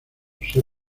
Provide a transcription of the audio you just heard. ser